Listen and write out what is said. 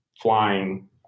flying